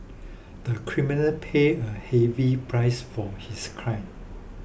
the criminal paid a heavy price for his crime